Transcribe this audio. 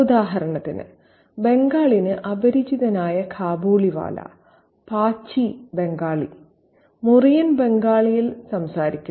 ഉദാഹരണത്തിന് ബംഗാളിന് അപരിചിതനായ കാബൂളിവാല പാച്ചി ബംഗാളി മുറിയൻ ബംഗാളിയിൽ സംസാരിക്കുന്നു